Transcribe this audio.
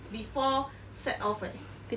before set off eh